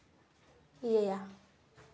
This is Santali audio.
ᱤᱭᱟᱹ ᱭᱟ